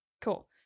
Cool